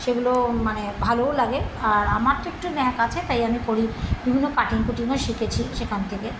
সেগুলো মানে ভালোও লাগে আর আমার তো একটু ন্যাক আছে তাই আমি করি বিভিন্ন কাটিং কুটিংও শিখেছি সেখান থেকে